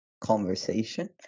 conversation